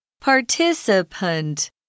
participant